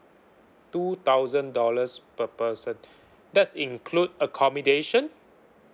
two thousand dollars per person that's include accommodation